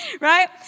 Right